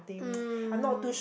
mm